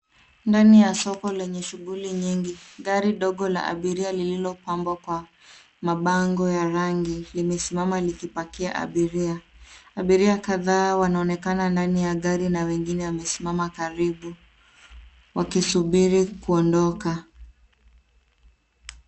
Ndani ya soko lenye shughuli nyingi, gari dogo la abiria lillilopambwa kwa mabango ya rangi limesimama likipakia abiria. Abiria kadhaa wanaonekana ndani ya gari na wengine wamesimama karibu wakisubiri kuondoka.